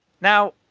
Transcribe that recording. now